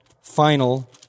final